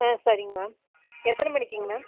ஆ சரிங்க மேம் எத்தனை மணிக்குங்க மேம்